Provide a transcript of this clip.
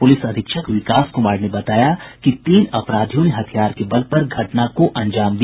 police अधीक्षक विकास कुमार ने बताया कि तीन अपराधियों ने हथियार के बल पर घटना को अंजाम दिया